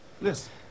Listen